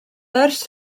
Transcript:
ers